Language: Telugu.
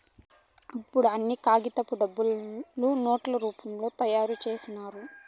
ఇప్పుడు అన్ని కాగితపు డబ్బులు నోట్ల రూపంలో తయారు చేసినారు